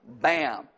Bam